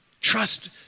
Trust